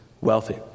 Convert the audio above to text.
wealthy